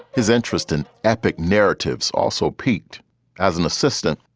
his interest in epic narratives also piqued as an assistant.